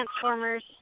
transformers